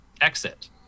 exit